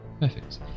perfect